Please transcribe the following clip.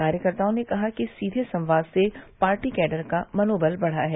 कार्यकर्ताओं ने कहा कि सीधे संवाद से पार्टी कैडर का मनोबल बढ़ा है